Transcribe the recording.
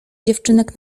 dziewczynek